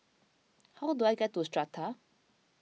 how do I get to Strata